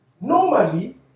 Normally